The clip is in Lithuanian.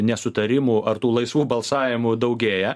nesutarimų ar tų laisvų balsavimų daugėja